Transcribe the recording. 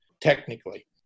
technically